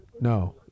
No